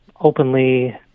openly